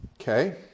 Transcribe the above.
Okay